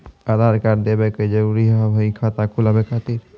आधार कार्ड देवे के जरूरी हाव हई खाता खुलाए खातिर?